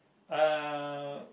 uh